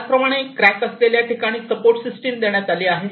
त्याचप्रमाणे क्रॅक असलेल्या ठिकाणी सपोर्ट सिस्टिम देण्यात आली आहे